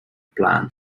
plan